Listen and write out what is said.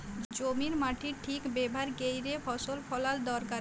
জমির মাটির ঠিক ব্যাভার ক্যইরে ফসল ফলাল দরকারি